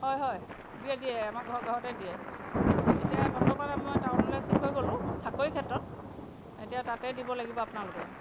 হয় হয় দিয়ে দিয়ে আমাৰ ঘৰ ঘৰতে দিয়ে এতিয়া বৰ্তমান মই টাউনলৈ চিফ্ট হৈ গ'লোঁ মোৰ চাকৰিৰ ক্ষেত্ৰত এতিয়া তাতে দিব লাগিব আপোনালোকে